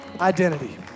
identity